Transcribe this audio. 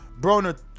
Broner